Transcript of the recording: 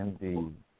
indeed